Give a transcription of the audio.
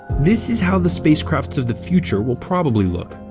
this is how the spacecrafts of the future will probably look.